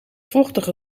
vochtige